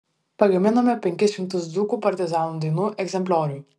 pagaminome penkis šimtus dzūkų partizanų dainų egzempliorių